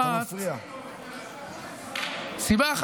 אתה מפריע.